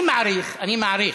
אני מעריך, אני מעריך,